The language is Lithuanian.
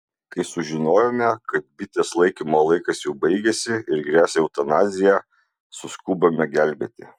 kai sužinojome kad bitės laikymo laikas jau baigėsi ir gresia eutanazija suskubome gelbėti